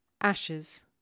Ashes